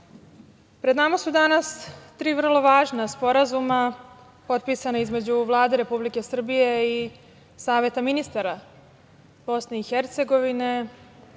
pred nama su danas tri vrlo važna sporazuma potpisana između Vlade Republike Srbije i Saveta ministara Bosne i Hercegovine,